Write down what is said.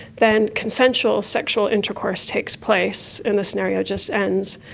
then consensual sexual intercourse takes place and the scenario just ends.